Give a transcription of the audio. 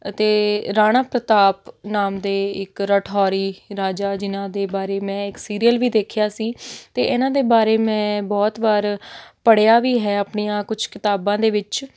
ਅਤੇ ਰਾਣਾ ਪ੍ਰਤਾਪ ਨਾਮ ਦੇ ਇੱਕ ਰਾਠੌਰੀ ਰਾਜਾ ਜਿਨ੍ਹਾਂ ਦੇ ਬਾਰੇ ਮੈਂ ਇੱਕ ਸੀਰੀਅਲ ਵੀ ਦੇਖਿਆ ਸੀ ਅਤੇ ਇਹਨਾਂ ਦੇ ਬਾਰੇ ਮੈਂ ਬਹੁਤ ਵਾਰ ਪੜ੍ਹਿਆ ਵੀ ਹੈ ਆਪਣੀਆਂ ਕੁਛ ਕਿਤਾਬਾਂ ਦੇ ਵਿੱਚ